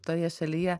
toje šalyje